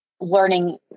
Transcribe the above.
learning